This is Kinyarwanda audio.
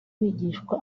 bigishwa